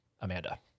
Amanda